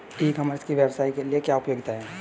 ई commerce की व्यवसाय के लिए क्या उपयोगिता है?